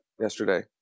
yesterday